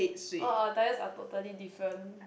all our diets are totally different